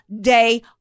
day